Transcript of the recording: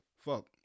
fuck